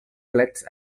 plets